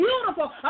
beautiful